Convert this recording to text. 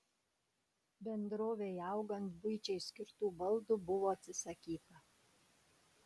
bendrovei augant buičiai skirtų baldų buvo atsisakyta